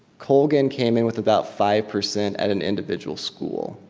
colgan came in with about five percent at an individual school.